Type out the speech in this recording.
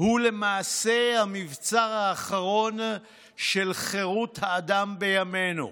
הוא למעשה המבצר האחרון של חירות האדם בימינו.